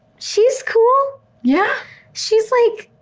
she's cool yeah she's like,